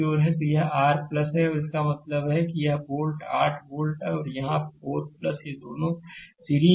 तो यह r है और इसका मतलब है कि यह वोल्ट 8 वोल्ट और यह 4 ये दोनों सीरीज में हैं